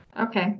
okay